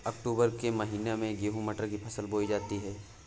अक्टूबर के महीना में गेहूँ मटर की फसल बोई जाती है